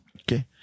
Okay